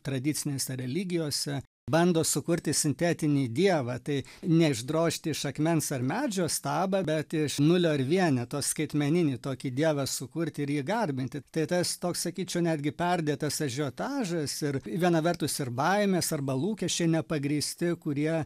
tradicinėse religijose bando sukurti sintetinį dievą tai ne išdrožti iš akmens ar medžio stabą bet iš nulio ir vieneto skaitmeninį tokį dievą sukurti ir jį garbinti tai tas toks sakyčiau netgi perdėtas ažiotažas ir viena vertus ir baimės arba lūkesčiai nepagrįsti kurie